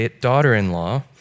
daughter-in-law